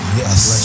Yes